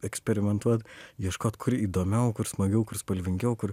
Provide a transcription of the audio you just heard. eksperimentuot ieškot kur įdomiau kur smagiau kur spalvingiau kur